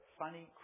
funny